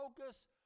focus